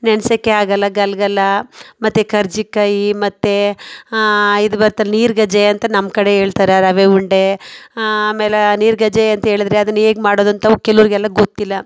ನೆನೆಸೋಕೆ ಆಗಲ್ಲ ಗಲಗಲ ಮತ್ತು ಕರ್ಜಿಕಾಯಿ ಮತ್ತು ಇದು ಬರ್ತದಲ್ಲ ನೀರ್ಗಜ್ಜಾಯಿ ನಮ್ಮ ಕಡೆ ಹೇಳ್ತಾರೆ ರವೆ ಉಂಡೆ ಆಮೇಲೆ ನೀರ್ಗಜ್ಜಾಯಿ ಅಂಥೇಳಿದ್ರೆ ಅದನ್ನು ಹೇಗೆ ಮಾಡೋದು ಅಂತ ಕೆಲವರಿಗೆಲ್ಲ ಗೊತ್ತಿಲ್ಲ